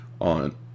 on